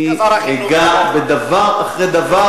אני אגע בדבר אחרי דבר,